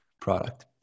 product